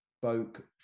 spoke